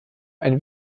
ein